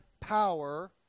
power